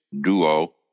duo